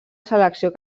selecció